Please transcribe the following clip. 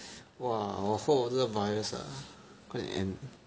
!wah! 我 hope 这个 virus ah 快点 end